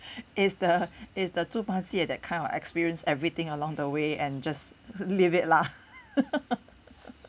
is the is the 猪八戒 that kind of experience everything along the way and just leave it lah